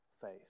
faith